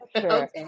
sure